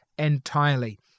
entirely